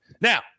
Now